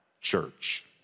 church